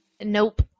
Nope